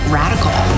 radical